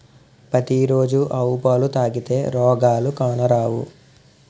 పతి రోజు ఆవు పాలు తాగితే రోగాలు కానరావు